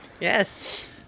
Yes